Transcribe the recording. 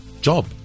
job